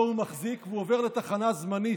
שאותו הוא מחזיק, והוא עובר לתחנה זמנית,